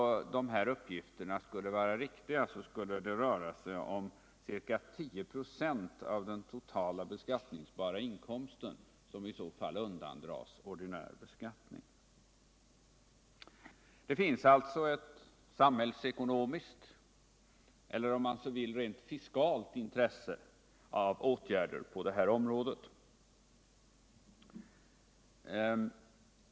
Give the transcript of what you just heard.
Om dessa uppgifter skulle vara riktiga, rör det sig om ca 10 96 av den beskattningsbara inkomsten som undandras ordinär beskattning. Det finns alltså ett samhällsekonomiskt — eller om man så vill rent fiskalt — intresse av åtgärder på det här området.